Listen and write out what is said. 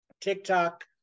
TikTok